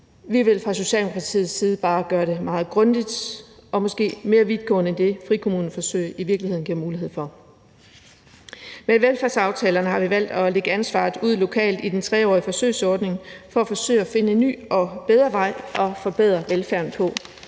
Vi vil fra Socialdemokratiets side bare gøre det meget grundigt og måske mere vidtgående end det, frikommuneforsøg i virkeligheden giver mulighed for. Med velfærdsaftalerne har vi valgt at lægge ansvaret ud lokalt i den 3-årige forsøgsordning for at forsøge at finde en ny og bedre vej til at forbedre velfærden.